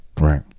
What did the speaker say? Right